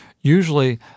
usually